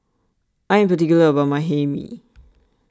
I am particular about my Hae Mee